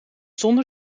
zonder